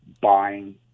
buying